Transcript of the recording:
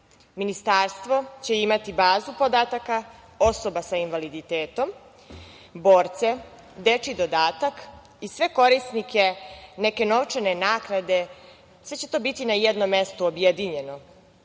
Ministarstvo će imati bazu podataka osoba sa invaliditetom, borce, dečiji dodatak i sve korisnike neke novčane naknade. Sve će to biti na jednom mestu, objedinjeno